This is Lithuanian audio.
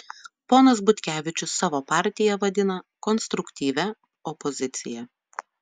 ponas butkevičius savo partiją vadina konstruktyvia opozicija